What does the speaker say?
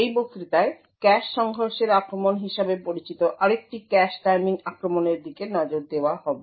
এই বক্তৃতায় ক্যাশ সংঘর্ষের আক্রমণ হিসাবে পরিচিত আরেকটি ক্যাশ টাইমিং আক্রমণের দিকে নজর দেওয়া হবে